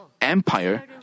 empire